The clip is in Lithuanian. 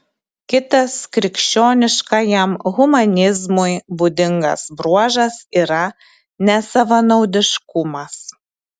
kitas krikščioniškajam humanizmui būdingas bruožas yra nesavanaudiškumas